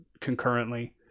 concurrently